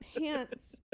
pants